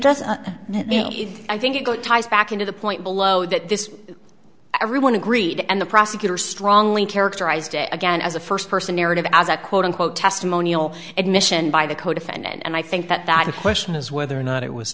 doesn't i think it goes back into the point below that this everyone agreed and the prosecutor strongly characterized it again as a first person narrative as a quote unquote testimonial admission by the codefendant and i think that that the question is whether or not it was